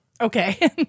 Okay